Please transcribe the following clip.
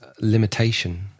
limitation